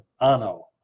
Ano